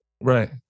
right